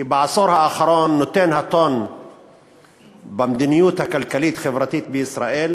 כי בעשור האחרון נותן הטון במדיניות הכלכלית-חברתית בישראל